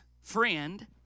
friend